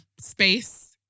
space